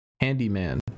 handyman